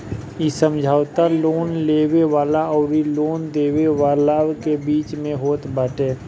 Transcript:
इ समझौता लोन लेवे वाला अउरी लोन देवे वाला के बीच में होत बाटे